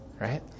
right